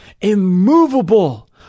immovable